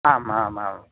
आमामां